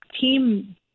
team